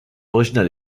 originale